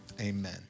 Amen